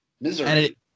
misery